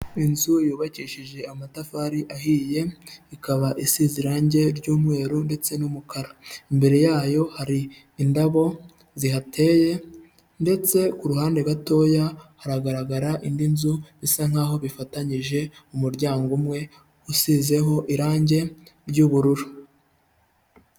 Inzu yubakishije amatafari ahiye, ikaba isize irangi ry'umweru ndetse n'umukara, imbere yayo hari indabo zihateye ndetse ku ruhande gatoya haragaragara indi nzu bisa nk'aho bifatanyije umuryango umwe usizeho irangi ry'ubururu.